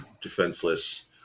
defenseless